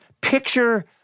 Picture